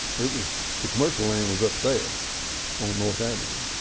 it was the commercial land was up there on north avenue.